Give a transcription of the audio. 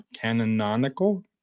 canonical